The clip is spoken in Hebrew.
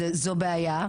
זו בעיה,